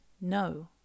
No